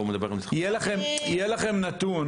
יהיה לכם נתון